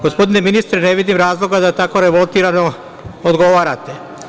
Gospodine ministre, ne vidim razloga da tako revoltirano odgovarate.